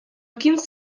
quins